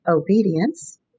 obedience